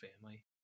family